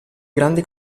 grandi